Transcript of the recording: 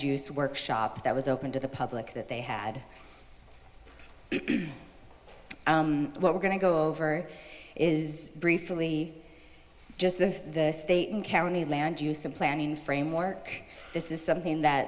use workshop that was open to the public that they had what we're going to go over is briefly just the state and county land use and planning framework this is something that